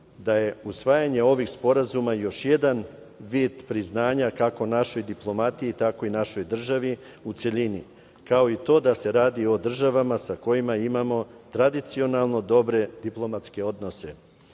da je usvajanjem ovih sporazuma još jedan vid priznanja kako našoj diplomatiji, tako i našoj državi u celini, kao i to da se radi o državama sa kojima imamo tradicionalno dobre diplomatske